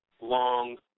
long